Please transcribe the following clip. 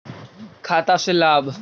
खाता से लाभ?